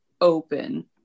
open